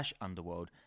underworld